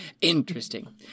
Interesting